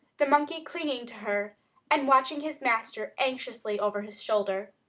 the monkey clinging to her and watching his master anxiously over his shoulder.